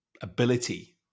ability